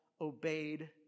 obeyed